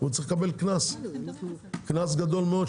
הוא צריך לקבל קנס גדול מאוד.